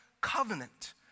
covenant